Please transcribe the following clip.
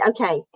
okay